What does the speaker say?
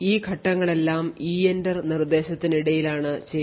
ഈ ഘട്ടങ്ങളെല്ലാം EENTER നിർദ്ദേശത്തിനിടയിലാണ് ചെയ്യുന്നത്